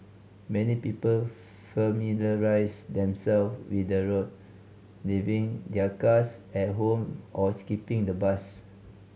many people familiarised themselves with the route leaving their cars at home or skipping the bus